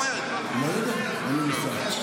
מה זה משנה?